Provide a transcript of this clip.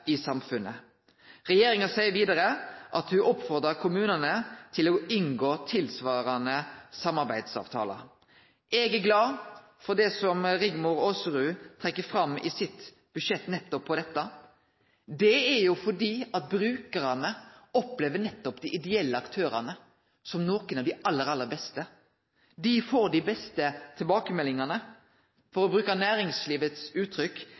i samfunnet. Regjeringa seier vidare at ho oppfordrar kommunane til å inngå tilsvarande samarbeidsavtalar. Eg er glad for det som Rigmor Aasrud trekkjer fram i sitt budsjett nettopp på dette. Det er fordi brukarane opplever nettopp dei ideelle aktørane som nokre av dei aller, aller beste. Dei får dei beste tilbakemeldingane. For å bruke næringslivets uttrykk: